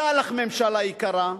תודה לך, ממשלה יקרה,